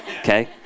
Okay